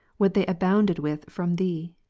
what they abounded with from thee.